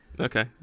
Okay